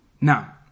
Now